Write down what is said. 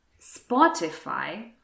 Spotify